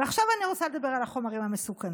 ועכשיו אני רוצה לדבר על החומרים המסוכנים,